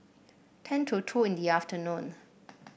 ten to two in the afternoon